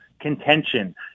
contention